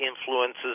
influences